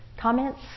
comments